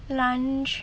lunch